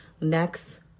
next